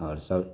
आओर सब